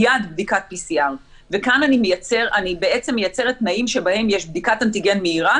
מייד בדיקת PCR. כאן אני בעצם מייצרת תנאים שבהם יש בדיקת אנטיגן מהירה